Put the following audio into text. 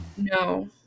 No